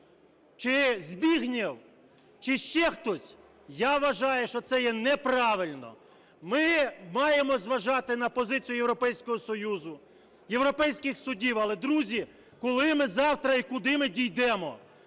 чи Збіґнєв, чи ще хтось, я вважаю, що це є неправильно. Ми маємо зважати на позицію Європейського Союзу, європейських судів, але, друзі, коли ми завтра і куди ми дійдемо,